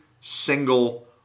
single